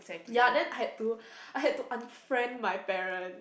ya then I had to I had to unfriend my parents